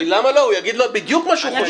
הוא יגיד להם בדיוק מה שהוא חושב.